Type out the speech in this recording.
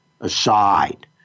aside